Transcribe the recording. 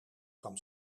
kwam